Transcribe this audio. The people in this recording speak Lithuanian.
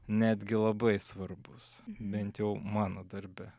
netgi labai svarbus bent jau mano darbe